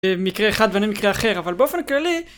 במקרה אחד ובמקרה אחר אבל באופן כללי